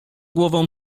głową